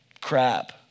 crap